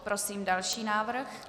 Prosím další návrh.